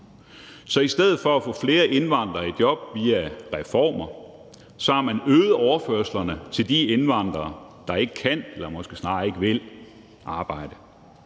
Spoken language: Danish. Så i stedet for at få flere indvandrere i job via reformer, har man øget overførslerne til de indvandrere, der ikke kan eller måske snarere ikke vil arbejde.